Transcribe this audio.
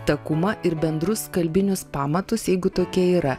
takumą ir bendrus kalbinius pamatus jeigu tokie yra